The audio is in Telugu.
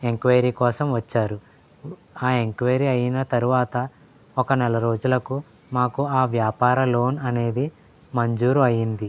ఎంక్వయిరీ కోసం వచ్చారు ఆ ఎంక్వయిరీ అయిన తరువాత ఒక నెల రోజులకు మాకు ఆ వ్యాపార లోన్ అనేది మంజూరు అయింది